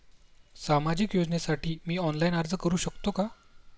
सामाजिक योजनेसाठी मी ऑनलाइन अर्ज करू शकतो का?